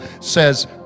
says